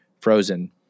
frozen